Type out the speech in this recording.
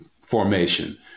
formation